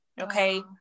Okay